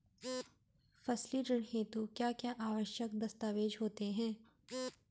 फसली ऋण हेतु क्या क्या आवश्यक दस्तावेज़ होते हैं?